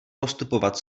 postupovat